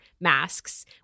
masks